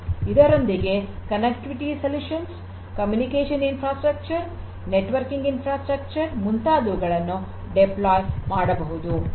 ಇದರೊಂದಿಗೆ connectivity solutions communication infrastructure networking infrastructure ಮುಂತಾದುವುಗಳನ್ನು ನಿಯೋಜಿಸಬಹುದು